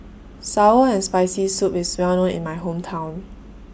Sour and Spicy Soup IS Well known in My Hometown